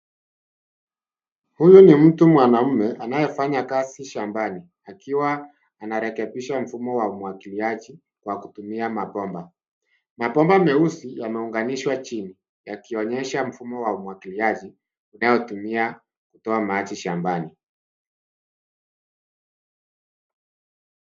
Huyu ni mtu mwanaume, anayefanya kazi shambani, akiwa anarekebisha mfumo wa umwagiliaji, wa kutumia mabomba. Mabomba meusi yameunganishwa chini, yakionyesha mfumo wa umwagiliaji, unaotumia kutoa maji shambani.